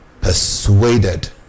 persuaded